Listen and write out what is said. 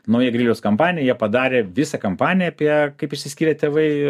nauja griliaus kampanija jie padarė visą kampaniją apie kaip išsiskyrę tėvai